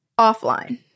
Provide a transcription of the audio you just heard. offline